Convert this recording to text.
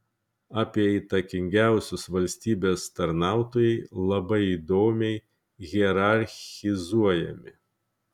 apie įtakingiausius valstybės tarnautojai labai įdomiai hierarchizuojami